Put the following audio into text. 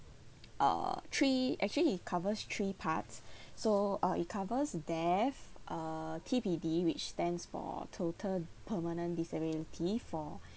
uh three actually it covers three parts so uh it covers death uh T_P_D which stands for total permanent disability for